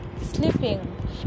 sleeping